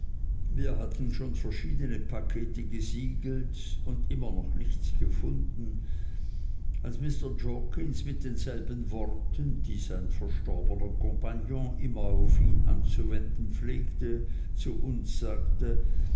wir hatten schon verschiedene pakete gesiegelt und immer noch nichts gefunden als mr jorkins mit den selben worten die sein verstorbener kompagnon immer auf ihn anzuwenden pflegte zu uns sagte